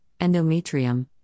endometrium